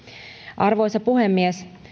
arvoisa puhemies